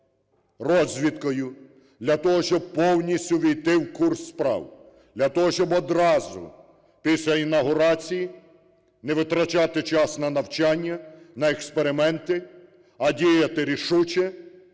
для того, щоб повністю увійти в курс справ, для того, щоб одразу після інавгурації не витрачати час на навчання, на експерименти, а діяти рішуче,